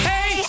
Hey